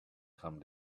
come